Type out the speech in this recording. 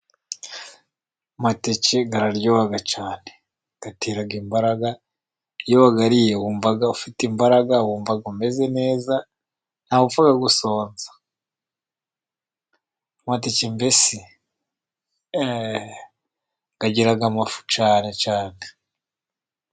Amateke aryoha cyane. Atera imabaraga. Iyo wariye wumva ufite imbaraga ,wumva umeze neza. Ntabwo upfa gusonza. Amateke mbese agira amafu cyane cyane.